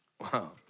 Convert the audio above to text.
wow